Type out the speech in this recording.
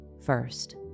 first